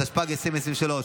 התשפ"ג 2023,